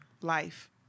life